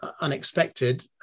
unexpected